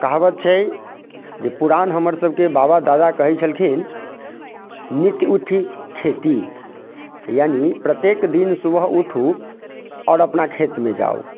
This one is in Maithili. कहावत छै जे पुरान हमर सबके बाबा दादा कहै छलखिन नित उठी खेती यानी प्रत्येक दिन सुबह उठू आओर अपना खेतमे जाउ